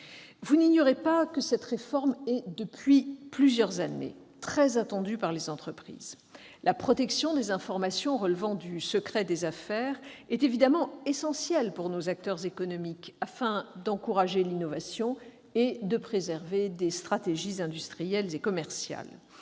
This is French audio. Vous ne l'ignorez pas, cette réforme est, depuis plusieurs années, très attendue des entreprises ; la protection des informations relevant du secret des affaires est évidemment essentielle pour nos acteurs économiques, pour encourager l'innovation et préserver les stratégies industrielles et commerciales.